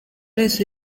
wese